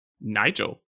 Nigel